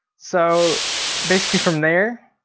so basically from there,